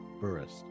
Burris